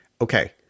Okay